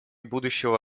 будущего